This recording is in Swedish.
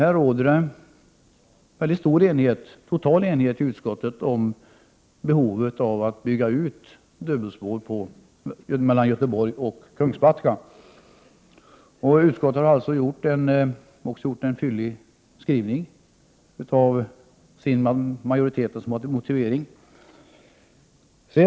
Det råder total enighet i utskottet om behovet av att bygga ett dubbelspår mellan Göteborg och Kungsbacka. I betänkandet finns det en fyllig skrivning av utskottsmajoritetens motivering.